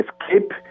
escape